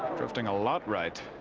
drifting a lot right.